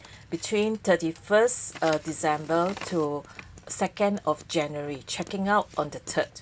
between thirty-first december to second of january checking out on the third